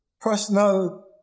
personal